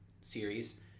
series